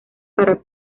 para